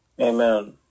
Amen